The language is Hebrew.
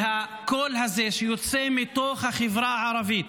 שהקול הזה שיוצא מתוך החברה הערבית,